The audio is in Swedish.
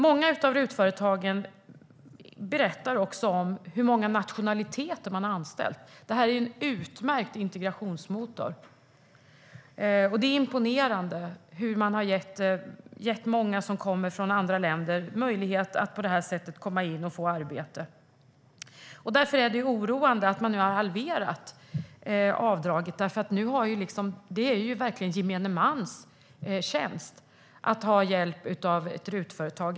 Många av RUT-företagen berättar också om hur många nationaliteter de anställt. Detta är en utmärkt integrationsmotor. Det är imponerande hur man har gett många som kommer från andra länder möjlighet att på detta sätt komma in i arbete. Därför är det oroande att regeringen har halverat avdraget. Det är gemene mans tjänst att ta hjälp av ett RUT-företag.